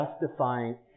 justifying